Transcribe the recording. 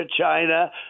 China